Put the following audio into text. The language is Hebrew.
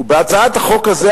ובהצעת החוק הזאת,